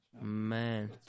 Man